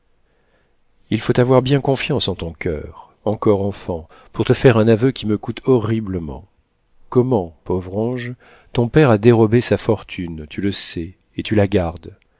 il faut avoir bien confiance en ton coeur encore enfant pour te faire un aveu qui me coûte horriblement comment pauvre ange ton père a dérobé sa fortune tu le sais et tu la gardes